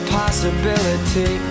possibility